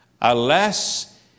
Alas